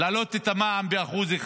להעלות את המע"מ ב-1%,